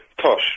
tosh